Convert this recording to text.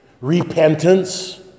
Repentance